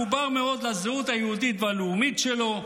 רוב העם מחובר מאוד לזהות היהודית והלאומית שלו,